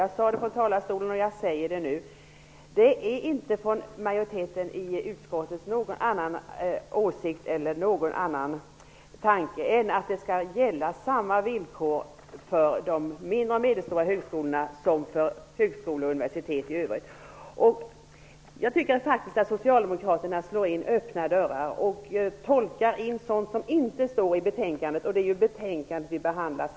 Jag sade från talarstolen och jag säger det nu: Det finns inte hos majoriteten i utskottet någon annan åsikt eller tanke än att det skall gälla samma villkor för de mindre och medelstora högskolorna som för högskolor och universitet i övrigt. Jag tycker att socialdemokraterna slår in öppna dörrar och tolkar in sådant som inte står i betänkandet. Det är ju betänkandet vi behandlar.